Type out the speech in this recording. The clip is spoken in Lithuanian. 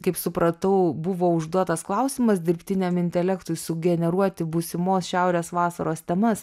kaip supratau buvo užduotas klausimas dirbtiniam intelektui sugeneruoti būsimos šiaurės vasaros temas